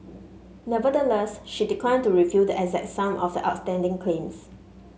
nevertheless she declined to reveal the exact sum of the outstanding claims